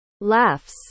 laughs